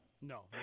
no